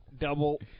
Double